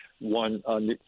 one